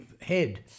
head